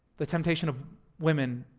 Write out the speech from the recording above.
the temptation of women.